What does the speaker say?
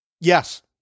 Yes